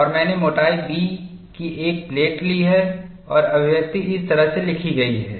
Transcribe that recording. और मैंने मोटाई B की एक प्लेट ली है और अभिव्यक्ति इस तरह से लिखी गई है